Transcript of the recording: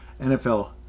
NFL